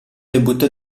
debutto